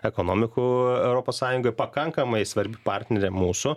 ekonomikų europos sąjunga pakankamai svarbi partnerė mūsų